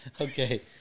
Okay